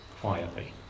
quietly